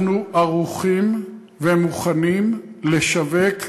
אנחנו ערוכים ומוכנים לשווק היום.